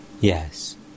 yes